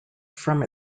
from